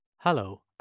Hello